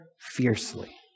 fiercely